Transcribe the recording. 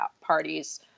parties